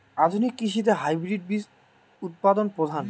আধুনিক কৃষিতে হাইব্রিড বীজ উৎপাদন প্রধান